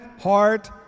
heart